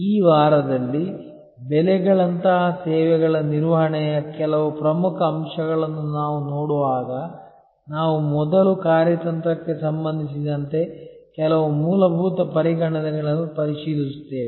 ಈ ವಾರದಲ್ಲಿ ಬೆಲೆಗಳಂತಹ ಸೇವೆಗಳ ನಿರ್ವಹಣೆಯ ಕೆಲವು ಪ್ರಮುಖ ಅಂಶಗಳನ್ನು ನಾವು ನೋಡುವಾಗ ನಾವು ಮೊದಲು ಕಾರ್ಯತಂತ್ರಕ್ಕೆ ಸಂಬಂಧಿಸಿದಂತೆ ಕೆಲವು ಮೂಲಭೂತ ಪರಿಗಣನೆಗಳನ್ನು ಪರಿಶೀಲಿಸುತ್ತೇವೆ